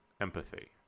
empathy